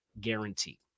guarantee